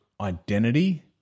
identity